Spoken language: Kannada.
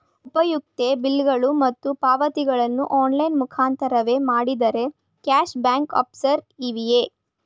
ಉಪಯುಕ್ತತೆ ಬಿಲ್ಲುಗಳು ಮತ್ತು ಪಾವತಿಗಳನ್ನು ಆನ್ಲೈನ್ ಮುಖಾಂತರವೇ ಮಾಡಿದರೆ ಕ್ಯಾಶ್ ಬ್ಯಾಕ್ ಆಫರ್ಸ್ ಇವೆಯೇ?